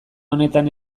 honetan